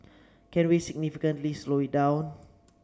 can we significantly slow it down